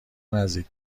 نزدیک